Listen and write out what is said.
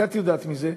מתי את יודעת מזה?